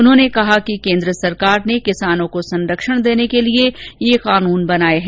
उन्होंने कहा कि केन्द्र सरकार ने किसानों को संरक्षण देने के लिए ये कानून बनाए हैं